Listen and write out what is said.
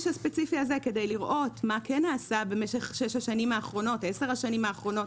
הספציפי הזה כדי לראות מה כן נעשה בשש-עשר השנים האחרונות,